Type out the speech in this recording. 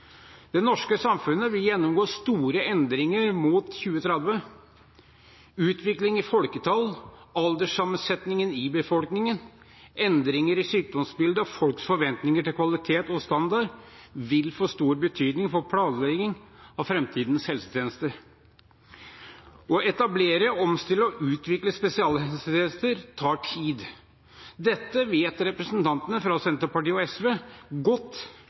Det norske samfunnet vil gjennomgå store endringer fram mot 2030. Utvikling i folketall, alderssammensetning i befolkningen, endringer i sykdomsbildet og folks forventninger til kvalitet og standard vil få stor betydning for planlegging av framtidens helsetjenester. Å etablere, omstille og utvikle spesialhelsetjenester tar tid. Dette vet representantene fra Senterpartiet og SV godt,